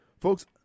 Folks